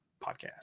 Podcast